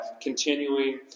continuing